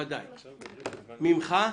--- מהמנכ"ל?